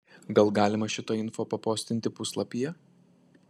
gal galima šitą info papostinti puslapyje